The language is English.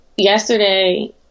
Yesterday